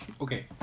Okay